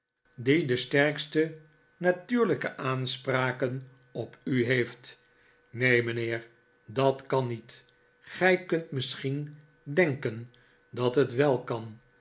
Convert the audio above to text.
die de sterkste natuurlijke aanspraken op u heeft neen mijnheer dat kan niet gij kunt misschien denken dat het wel kan